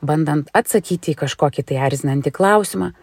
bandant atsakyti į kažkokį tai erzinantį klausimą